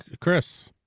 Chris